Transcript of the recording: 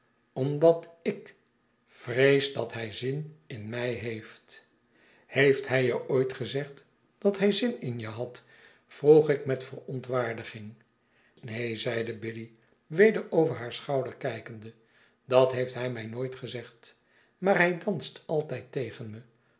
omdat ik vrees dat hij zin in mij heeft heeft hij je ooit gezegd dat hij zin in je had vroeg ik met verontwaardiging neen zeide biddy weder over haar schouder kijkende dat heeft hij mij nooit gezegd maar hij danst altijd tegen me